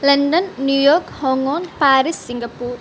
London New York Hong Kong Paris Singapore